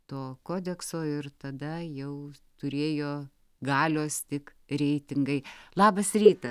to kodekso ir tada jau turėjo galios tik reitingai labas rytas